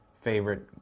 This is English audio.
favorite